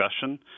discussion